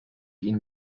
ihnen